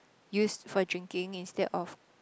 used for drinking instead of